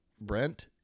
Brent